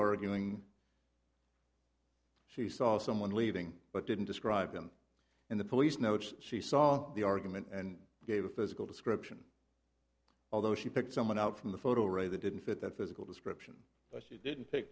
doing she saw someone leaving but didn't describe him in the police notes she saw the argument and gave a physical description although she picked someone out from the photo array they didn't fit that physical description but she didn't take